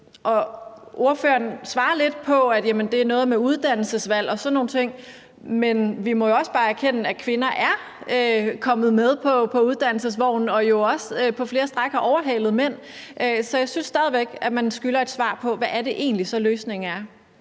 Ordføreren svarer, at det er noget med uddannelsesvalg og sådan nogle ting, men vi må jo også bare erkende, at kvinder er kommet med på uddannelsesvognen og jo også på flere stræk har overhalet mænd. Så jeg synes stadig væk, at man skylder et svar på, hvad løsningen så egentlig er.